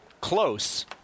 close